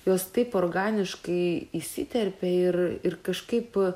jos taip organiškai įsiterpė ir ir kažkaip